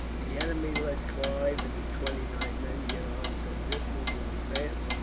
the enemy let clive and his twenty-nine men get on some distance in advance,